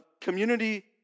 community